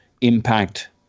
impact